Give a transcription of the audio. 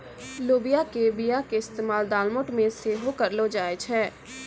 लोबिया के बीया के इस्तेमाल दालमोट मे सेहो करलो जाय छै